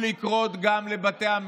באמת.